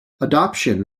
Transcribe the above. adoption